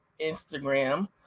Instagram